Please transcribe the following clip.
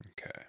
okay